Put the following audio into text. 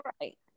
right